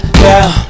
girl